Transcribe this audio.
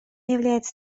является